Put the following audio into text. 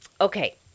okay